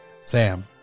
Sam